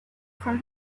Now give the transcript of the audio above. from